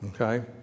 Okay